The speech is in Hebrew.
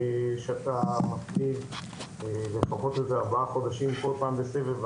שאתה מפליג לפחות ארבעה חודשים כל פעם בסבב,